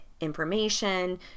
information